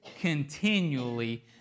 continually